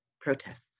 protests